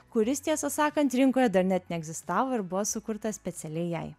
kuris tiesą sakant rinkoje dar net neegzistavo ir buvo sukurtas specialiai jai